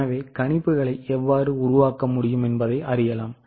எனவே கணிப்புகளை எவ்வாறு உருவாக்க முடியும் என்பதை அறியலாம்